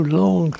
long